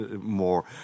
more